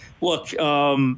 Look